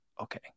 okay